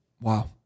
Wow